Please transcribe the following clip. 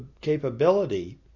capability